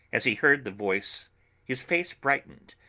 as he heard the voice his face brightened,